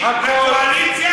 הכול,